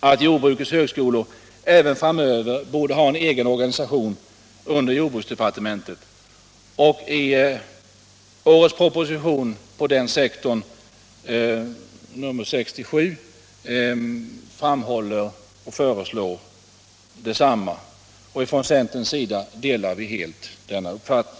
att jordbrukets högskolor även framöver borde ha en egen organisation under jordbruksdepartementet, och i årets proposition nr 67 framhålls och föreslås detsamma. Från centerns sida delar vi denna uppfattning.